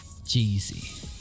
Jeezy